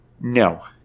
No